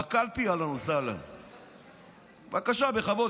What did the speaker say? בקלפי, אהלן וסהלן, בבקשה, בכבוד.